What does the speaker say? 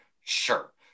Sure